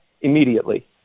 immediately